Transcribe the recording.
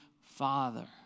father